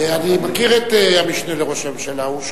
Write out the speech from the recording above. אני מכיר את המשנה לראש הממשלה, הוא שומע.